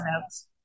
notes